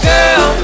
Girl